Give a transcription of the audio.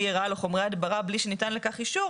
רעל או חומרי הדברה בלי שניתן לכך אישור,